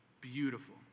beautiful